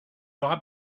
aura